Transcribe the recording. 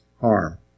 harm